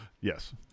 Yes